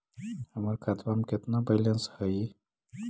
हमर खतबा में केतना बैलेंस हई?